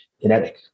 kinetic